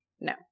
No